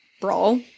Brawl